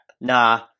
Nah